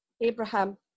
Abraham